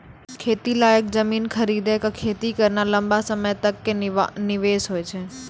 खेती लायक जमीन खरीदी कॅ खेती करना लंबा समय तक कॅ निवेश होय छै